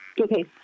Okay